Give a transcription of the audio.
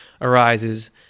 arises